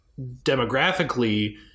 demographically